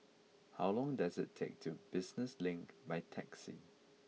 how long does it take to Business Link by taxi